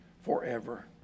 forever